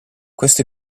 questo